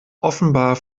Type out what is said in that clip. offenbar